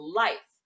life